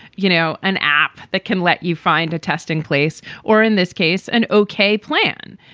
you know, an app that can let you find a testing place or in this case, an ok plan.